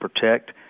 protect